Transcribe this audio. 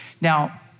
Now